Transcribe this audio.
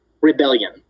rebellion